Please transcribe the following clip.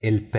el